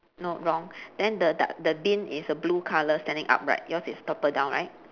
no wrong then the du~ the bin is a blue colour standing upright yours is toppled down right